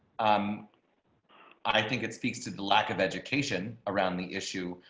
um i think it speaks to the lack of education around the issue,